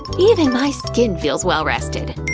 even my skin feels well-rested!